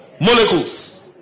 molecules